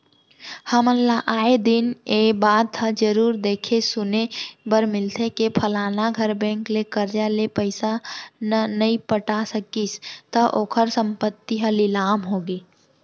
हमन ल आय दिन ए बात ह जरुर देखे सुने बर मिलथे के फलाना घर बेंक ले करजा ले पइसा न नइ पटा सकिस त ओखर संपत्ति ह लिलाम होगे